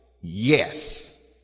Yes